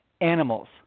animals